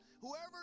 Whoever